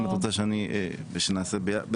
אם את רוצה שנעשה ביחד,